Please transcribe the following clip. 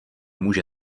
může